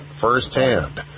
firsthand